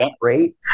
great